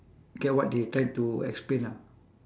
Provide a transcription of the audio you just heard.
get what they trying to explain ah